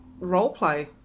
roleplay